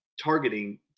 targeting